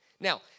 Now